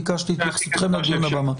ביקשתי את התייחסותכם לדיון הבא.